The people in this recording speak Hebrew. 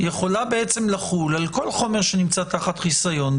יכולה לחול על כל חומר שנמצא תחת חיסיון.